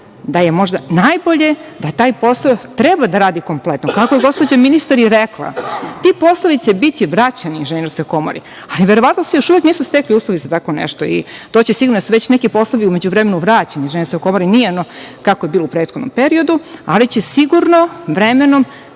da je možda najbolje da taj posao treba da radi kompletno. Kako je gospođa ministar i rekla, ti poslovi će biti vraćeni Inženjerskoj komori, ali verovatno se još uvek nisu stekli uslovi za tako nešto i to će, to će, sigurna sam, već su neki poslovi u međuvremenu vraćeni Inženjerskoj komori, nije ono kako je bilo u prethodnom periodu, ali će sigurno, vremenom